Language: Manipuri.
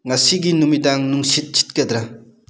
ꯉꯁꯤꯒꯤ ꯅꯨꯃꯤꯗꯥꯡ ꯅꯨꯡꯁꯤꯠ ꯁꯤꯠꯀꯗ꯭ꯔꯥ